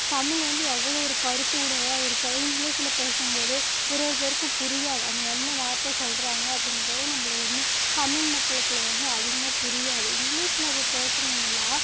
தமிழ் வந்து எவ்வளோ ஒரு கருத்து உடையதாக இருக்குது அதே இங்கிலீஸ்ல பேசும் போது ஒரு ஒரு பேருக்கு புரியாது அது என்ன வார்த்தை சொல்கிறாங்க அப்படிங்கறது நம்மள ஒன்று தமிழ் மக்களுக்குள்ள வந்து அதிகமாக புரியாது இங்கிலீஸ்ல பேசுகிறவைங்கள்லாம்